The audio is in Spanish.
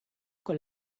con